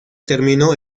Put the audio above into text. terminó